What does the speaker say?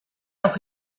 auch